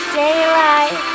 daylight